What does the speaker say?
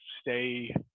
stay